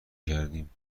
کردیم